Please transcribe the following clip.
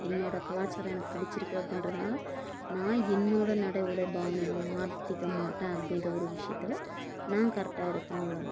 என்னோட கலாச்சாரம் எனக்கு பிடிச்சிருக்கு அப்படின்றதுனால நான் என்னோட நடை உடை பாவனையை நான் மாற்றிக்க மாட்டேன் அப்படின்ற ஒரு விஷியத்தில் நான் கரெக்டாக இருக்கேன் அவ்ளோ தான்